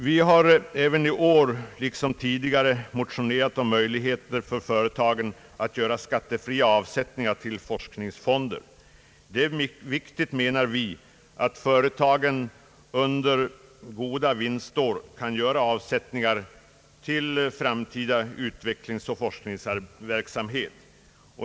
Vi har i år liksom tidigare motionerat om möjligheter för företagen att göra skattefria avsättningar till forskningsfonder. Det är viktigt, menar vi, att företagen under goda vinstår kan göra avsättningar till framtida utvecklingsoch forskningsverksamhet.